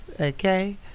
okay